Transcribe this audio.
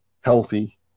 healthy